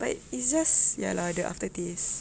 but it's just ya lah the aftertaste